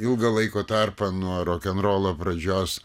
ilgą laiko tarpą nuo rokenrolo pradžios